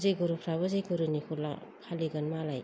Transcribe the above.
जयगुरुफोराबो जयगुरुनिखौ फालिगोन मालाय